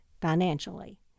financially